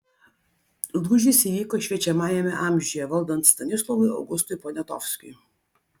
lūžis įvyko šviečiamajame amžiuje valdant stanislovui augustui poniatovskiui